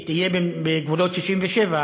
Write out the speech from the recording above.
היא תהיה בגבולות 67',